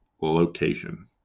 location